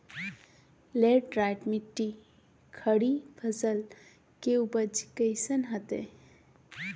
Laterite मिट्टी खरीफ फसल के उपज कईसन हतय?